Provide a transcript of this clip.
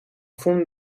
fum